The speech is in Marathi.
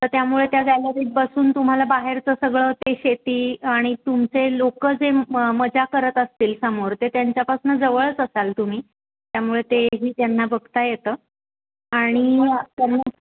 तर त्यामुळे त्या गॅलरीत बसून तुम्हाला बाहेरचं सगळं ते शेती आणि तुमचे लोकं जे म मजा करत असतील समोर ते त्यांच्यापासनं जवळच असाल तुम्ही त्यामुळे तेही त्यांना बघता येतं आणि